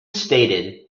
stated